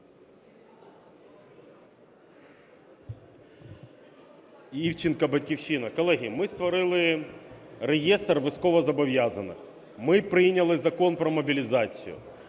Колеги, ми створили реєстр військовозобов'язаних, ми прийняли Закон про мобілізацію,